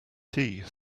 tea